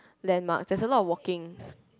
landmark there's a lot of walking